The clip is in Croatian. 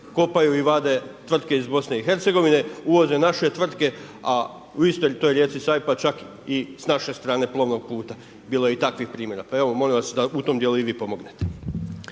kopaju i vade tvrtke iz BIH, uvoze naše tvrtke a u istoj toj rijeci Savi pa čak i s naše strane plovnog puta. Bilo je i takvih primjera. Pa evo molim vas da u tom djelu i vi pomognete.